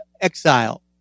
exile